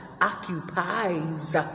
occupies